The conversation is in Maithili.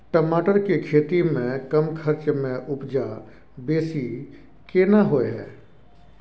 टमाटर के खेती में कम खर्च में उपजा बेसी केना होय है?